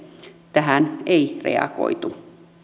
tähän ei reagoitu